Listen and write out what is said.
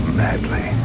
madly